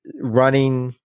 running